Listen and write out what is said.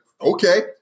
okay